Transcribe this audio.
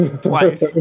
Twice